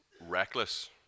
Reckless